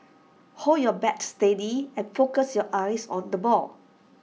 hold your bat steady and focus your eyes on the ball